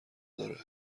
داره